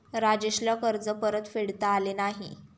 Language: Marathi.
राजेशला कर्ज परतफेडता आले नाही